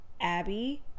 Abby